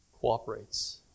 cooperates